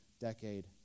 decade